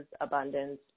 abundance